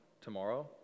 tomorrow